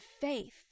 faith